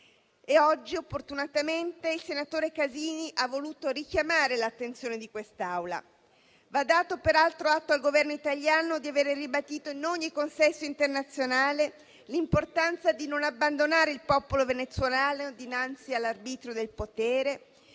oggi, opportunamente, il senatore Casini ha voluto richiamare l'attenzione di questa Assemblea. Va dato peraltro atto al Governo italiano di aver ribadito, in ogni consesso internazionale, l'importanza di non abbandonare il popolo venezuelano dinanzi all'arbitrio del potere,